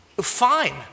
Fine